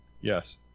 yes